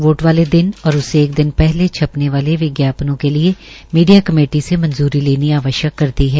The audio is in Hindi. वोट वाले दिन और उससे एक दिन पहले छपने वाले विज्ञापनों के लिये मीडिया कमेटी से मंजूरी लेनी आवश्यक कर दी है